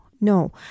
no